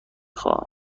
خواهم